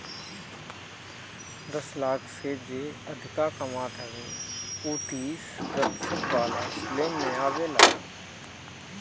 दस लाख से जे अधिका कमात हवे उ तीस प्रतिशत वाला स्लेब में आवेला